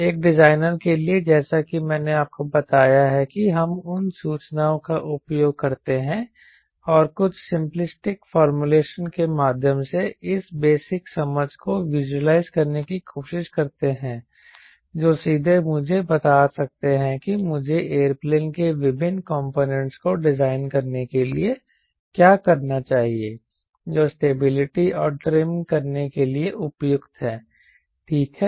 एक डिजाइनर के लिए जैसा कि मैंने आपको बताया है कि हम उन सूचनाओं का उपयोग करते हैं और कुछ सिंपलिस्टिक फॉर्मूलेशन के माध्यम से इस बेसिक समझ को विज़ुअलाइज करने की कोशिश करते हैं जो सीधे मुझे बता सकते हैं कि मुझे एयरप्लेन के विभिन्न कॉम्पोनेंटस को डिजाइन करने के लिए क्या करना चाहिए जो स्टेबिलिटी और ट्रिम करने के लिए उपयुक्त हैं ठीक है